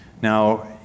Now